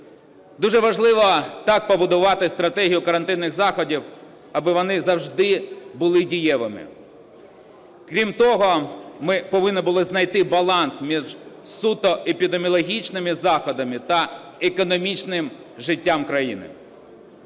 Дуже важливо так побудувати стратегію карантинних заходів, аби вони завжди були дієвими. Крім того, ми повинні були знайти баланс між суто епідеміологічними заходами та економічним життям країни.